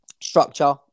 structure